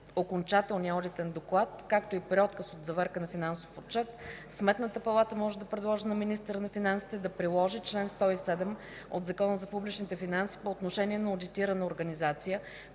окончателния одитен доклад, както и при отказ от заверка на финансов отчет, Сметната палата може да предложи на министъра на финансите да приложи чл. 107 от Закона за публичните финанси по отношение на одитирана организация,